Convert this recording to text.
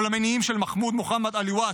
או למניעים של מחמוד מוחמד עליוואת,